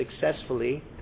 successfully